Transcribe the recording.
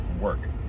work